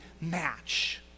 match